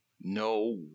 no